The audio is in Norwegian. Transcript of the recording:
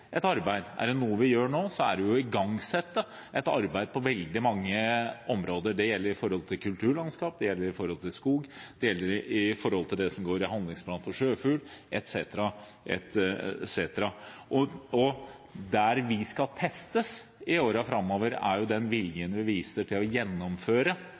nå, er det å igangsette et arbeid på veldig mange områder. Det gjelder kulturlandskap, det gjelder skog, det gjelder handlingsplanen for sjøfugl etc. Det vi skal testes på i årene framover, er den viljen vi viser til å gjennomføre de planene og gjennomføre den politikken som vi